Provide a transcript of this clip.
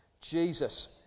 Jesus